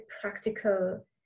practical